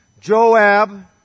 Joab